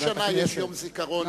כל שנה יש יום זיכרון.